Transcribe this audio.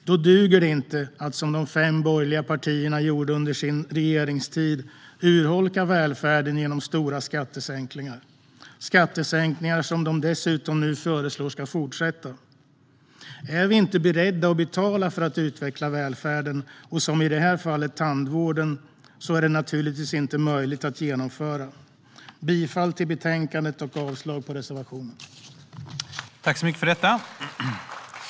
Då duger det inte att, som de fem borgerliga partierna gjorde under sin regeringstid, urholka välfärden genom stora skattesänkningar, skattesänkningar som de dessutom nu föreslår ska fortsätta. Är vi inte beredda att betala för att utveckla välfärden och, i det här fallet, tandvården är det naturligtvis inte möjligt att genomföra. Jag yrkar bifall till utskottets förslag i betänkandet och avslag på reservationen. Det statliga tandvårds-stödet - förbättrad information, kontroll och uppföljning